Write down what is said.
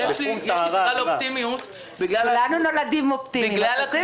אבל יש לי סיבה לאופטימיות בגלל --- כולנו נולדים אופטימיים --- דרך